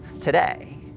today